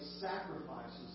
sacrifices